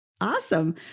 Awesome